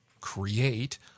create